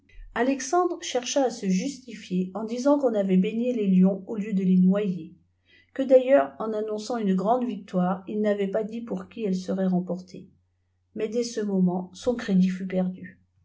alexayidre chercha à se justifier en disant qu'on avait baigné les lions au lieu de les noyr que d'ailleurs en annonçant une grande victorrt il n'avait pas dit par qui elle serait remportée mais dès ce moment son crédit fut perdu